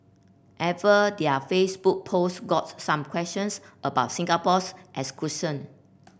ever their Facebook post got some questions about Singapore's exclusion